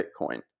bitcoin